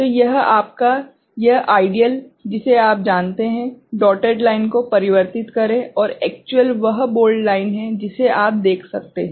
तो यह आपका यह आइडियल जिसे आप जानते हैं डोटेड लाइन को परिवर्तित करें और एक्चुअल वह बोल्ड लाइन है जिसे आप देख सकते हैं